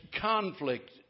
conflict